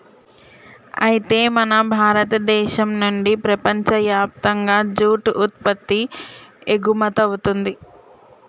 అయితే మన భారతదేశం నుండి ప్రపంచయప్తంగా జూట్ ఉత్పత్తి ఎగుమతవుతుంది